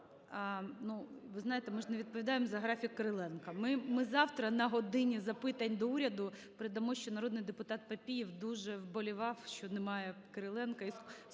ви знаєте, ми ж не відповідаємо за графік Кириленка. Ми завтра на "годині запитань до Уряду" передамо, що народний депутат Папієв дуже вболівав, що немає Кириленка,